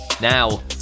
Now